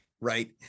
right